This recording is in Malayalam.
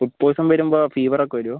ഫുഡ് പോയ്സൺ വരുമ്പോൾ ഫീവറൊക്കെ വരുമോ